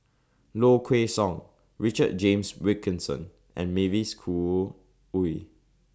Low Kway Song Richard James Wilkinson and Mavis Khoo Oei